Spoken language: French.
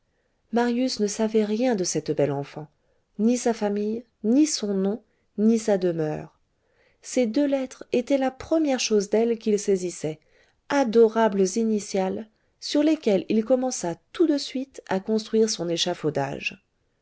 marius ne savait rien de cette belle enfant ni sa famille ni son nom ni sa demeure ces deux lettres étaient la première chose d'elle qu'il saisissait adorables initiales sur lesquelles il commença tout de suite à construire son échafaudage